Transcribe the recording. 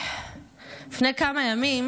לפני כמה ימים,